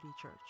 Church